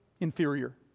inferior